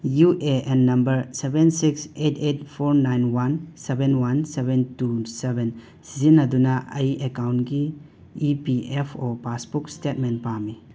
U A N number seven six eight eight four nine one seven one seven two seven ꯁꯤꯖꯤꯟꯅꯗꯨꯅ ꯑꯩ ꯑꯀꯥꯎꯟꯀꯤ E P F O passbook statement ꯄꯥꯝꯃꯤ